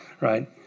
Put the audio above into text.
Right